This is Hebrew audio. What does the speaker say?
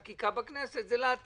והחקיקה שיש צורך בה בכנסת היא לעתיד.